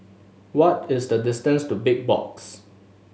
what is the distance to Big Box